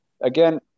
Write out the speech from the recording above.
again